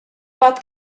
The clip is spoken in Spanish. paz